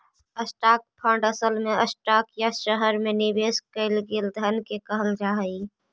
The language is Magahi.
स्टॉक फंड असल में स्टॉक या शहर में निवेश कैल गेल धन के कहल जा हई